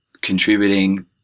contributing